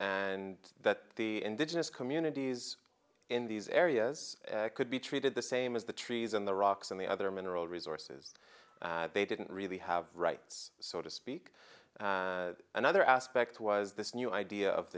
and that the indigenous communities in these areas could be treated the same as the trees and the rocks and the other mineral resources they didn't really have rights so to speak another aspect was this new idea of